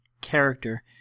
character